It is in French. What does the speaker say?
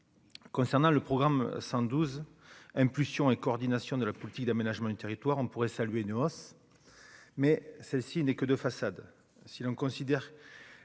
concernant le programme 112 impulsion et coordination de la politique d'aménagement du territoire, on pourrait saluer hausse mais celle-ci n'est que de façade, si l'on considère